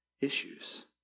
issues